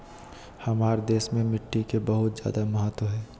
हमार देश में मिट्टी के बहुत जायदा महत्व हइ